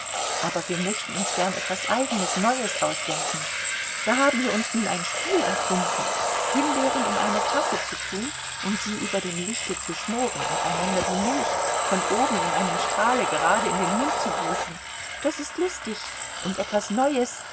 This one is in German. aber wir möchten uns gern etwas eigenes neues ausdenken da haben wir uns nun ein spiel erfunden himbeeren in eine tasse zu tun und sie über dem lichte zu schmoren und einander die milch von oben in einem strahle gerade in den mund zu gießen das ist lustig und etwas neues